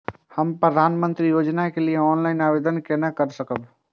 हम प्रधानमंत्री योजना के लिए ऑनलाइन आवेदन केना कर सकब?